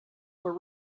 were